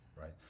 Right